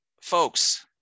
folks –